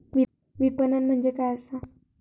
विपणन म्हणजे काय असा?